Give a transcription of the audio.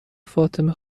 فاطمه